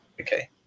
okay